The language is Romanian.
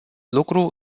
lucru